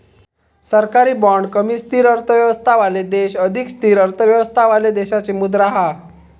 सरकारी बाँड कमी स्थिर अर्थव्यवस्थावाले देश अधिक स्थिर अर्थव्यवस्थावाले देशाची मुद्रा हा